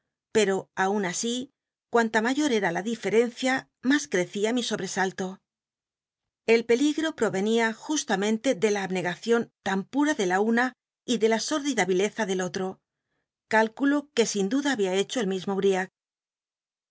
pero aun así cuanta mayor era la difejcncia mas crecía mi sobtcsallo el peligt'o prorenia justamente de la abncgacion tan pura de la una y de la sórdida vileza del otro cálculo que sin duda había hecho el mismo riah